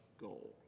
goal